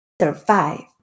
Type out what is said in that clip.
survive